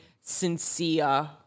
sincere